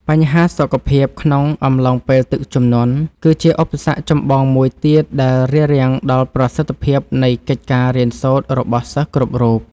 បញ្ហាសុខភាពក្នុងអំឡុងពេលទឹកជំនន់ គឺជាឧបសគ្គចម្បងមួយទៀតដែលរារាំងដល់ប្រសិទ្ធភាពនៃកិច្ចការរៀនសូត្ររបស់សិស្សគ្រប់រូប។